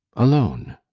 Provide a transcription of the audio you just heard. alone!